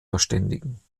verständigen